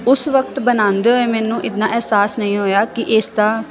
ਉਸ ਵਕਤ ਬਣਾਉਂਦੇ ਹੋਏ ਮੈਨੂੰ ਇੰਨਾ ਅਹਿਸਾਸ ਨਹੀਂ ਹੋਇਆ ਕਿ ਇਸ ਦਾ